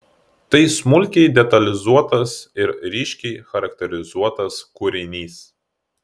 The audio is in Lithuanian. tai smulkiai detalizuotas ir ryškiai charakterizuotas kūrinys